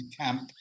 camp